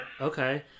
Okay